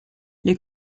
les